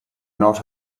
not